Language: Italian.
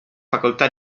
facoltà